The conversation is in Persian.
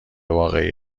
واقعی